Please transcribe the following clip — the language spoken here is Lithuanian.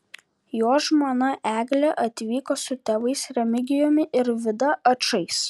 jo žmona eglė atvyko su tėvais remigijumi ir vida ačais